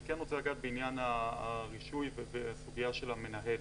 אני כן רוצה לגעת בעניין הרישוי ובסוגיה של המנהל.